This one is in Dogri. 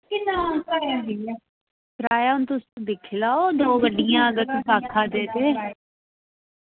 किराया हून तुस दिक्खी लैओ दो दो गड्डियां ते ते तुस आक्खा दे